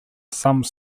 some